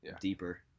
deeper